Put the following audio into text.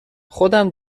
خودم